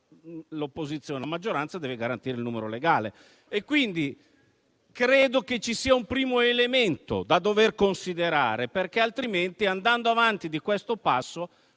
mentre la maggioranza deve garantire il numero legale. Ritengo pertanto che ci sia un primo elemento da dover considerare, perché altrimenti andando avanti di questo passo